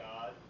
God